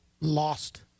lost